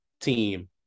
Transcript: team